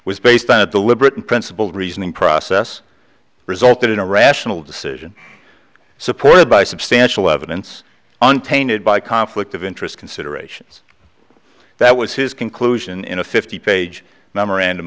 was based on a deliberate and principled reasoning process resulted in a rational decision supported by substantial evidence untainted by conflict of interest considerations that was his conclusion in a fifty page memorandum